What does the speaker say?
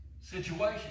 situation